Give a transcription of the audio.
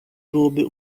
byłoby